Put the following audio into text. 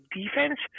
defense